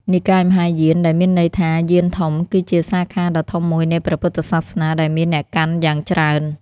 និកាយមហាយាន ដែលមានន័យថា "យានធំ" គឺជាសាខាដ៏ធំមួយនៃព្រះពុទ្ធសាសនាដែលមានអ្នកកាន់យ៉ាងច្រើន។